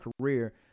career